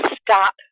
stop